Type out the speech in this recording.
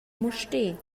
mustér